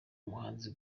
abahanzi